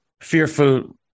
fearful